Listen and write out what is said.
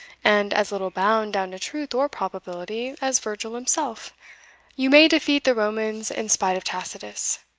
and as little bound down to truth or probability as virgil himself you may defeat the romans in spite of tacitus.